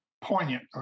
poignant